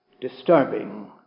disturbing